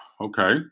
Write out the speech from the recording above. Okay